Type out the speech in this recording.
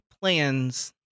plans